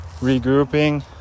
Regrouping